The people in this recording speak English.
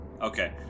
Okay